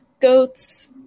goats